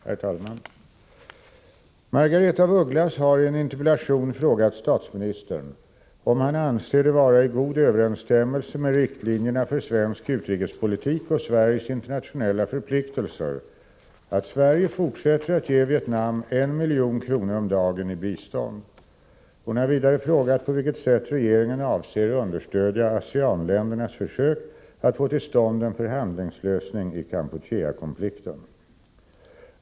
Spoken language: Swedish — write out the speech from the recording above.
Herr talman! Margaretha af Ugglas har i en interpellation frågat statsministern om han anser det vara i god överensstämmelse med riktlinjerna för svensk utrikespolitik och Sveriges internationella förpliktelser att Sverige fortsätter att ge Vietnam 1 milj.kr. om dageni bistånd. Hon har vidare frågat på vilket sätt regeringen avser understödja ASEAN-ländernas försök att få till stånd en förhandlingslösning i Kampuchea-konflikten.